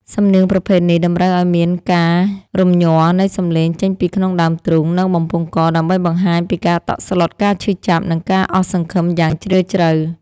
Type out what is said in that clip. សំនៀងប្រភេទនេះតម្រូវឱ្យមានការរំញ័រនៃសំឡេងចេញពីក្នុងដើមទ្រូង និងបំពង់ក ដើម្បីបង្ហាញពីការតក់ស្លុត ការឈឺចាប់ និងការអស់សង្ឃឹមយ៉ាងជ្រាលជ្រៅ។